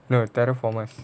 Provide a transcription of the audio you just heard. no terra formers